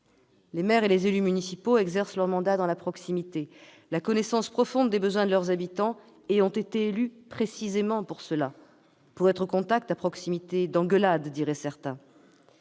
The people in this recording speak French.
Les maires et les élus municipaux exercent leurs mandats dans un esprit de proximité, de connaissance profonde des besoins de leurs concitoyens, et ils ont été élus précisément pour cela : pour être au contact, à proximité d'« engueulades », diraient certains.